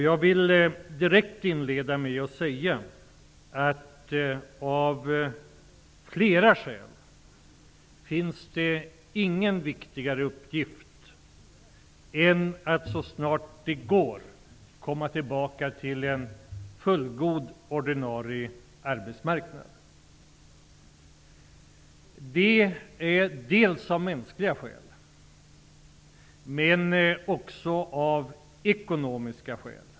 Jag vill direkt inleda med att säga att det av flera skäl inte finns någon viktigare uppgift än att så snart det går komma tillbaka till en fullgod ordinarie arbetsmarknad. Det är bl.a. av mänskliga skäl, men också av ekonomiska skäl.